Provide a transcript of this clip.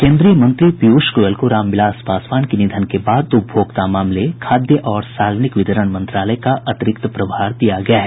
केंद्रीय मंत्री पीयूष गोयल को रामविलास पासवान के निधन के बाद उपभोक्ता मामले खाद्य और सार्वजनिक वितरण मंत्रालय का अतिरिक्त प्रभार दिया गया है